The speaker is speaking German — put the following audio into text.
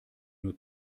nur